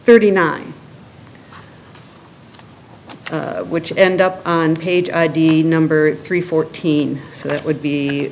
thirty nine which end up on page idea number three fourteen so that would be